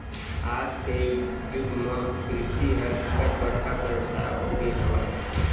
आज के जुग म कृषि ह बिकट बड़का बेवसाय हो गे हवय